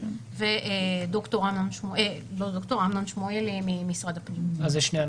ואמנון שמואלי ממשרד הפנים.